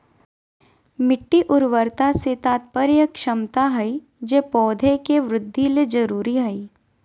मिट्टी उर्वरता से तात्पर्य क्षमता हइ जे पौधे के वृद्धि ले जरुरी हइ